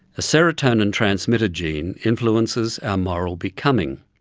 a serotonin transmitter gene influences our moral becoming.